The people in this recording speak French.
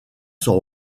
sont